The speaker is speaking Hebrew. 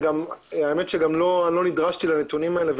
האמת, שגם לא נדרשתי לנתונים האלה.